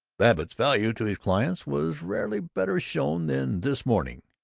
babbitt's value to his clients was rarely better shown than this morning,